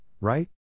right